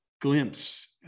glimpse